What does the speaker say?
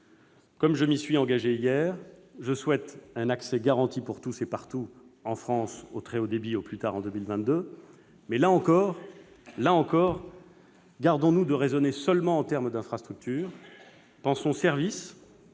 Comme je m'y suis engagé hier, je souhaite un accès garanti pour tous et partout en France au très haut débit au plus tard en 2022. Mais, là encore, gardons-nous de raisonner uniquement en termes d'infrastructures. Pensons service